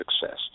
success